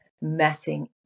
messing